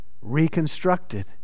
reconstructed